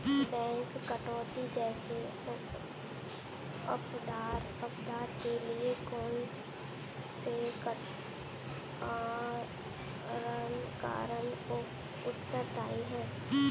Bank डकैती जैसे अपराध के लिए कौन से कारक उत्तरदाई हैं?